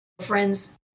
friends